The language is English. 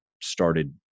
started